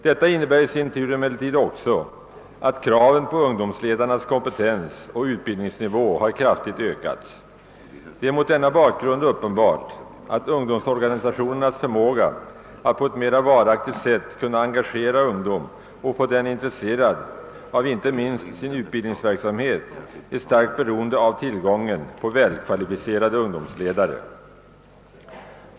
Detta innebär emellertid också att kraven på ungdomsledarnas kompetens och utbildningsnivå kraftigt stegrats. Det är mot denna bakgrund uppenbart att ungdomsorganisationernas förmåga att på ett mera varaktigt sätt kunna engagera ungdomen och inte minst att få den intresserad av utbildningsverksamheten är starkt beroende av tillgången på välkvalificerade ungdomsledare.